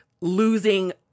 losing